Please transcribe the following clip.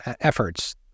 efforts